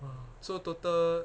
!wah! so total